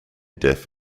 deaf